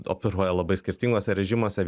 operuoja labai skirtinguose režimuose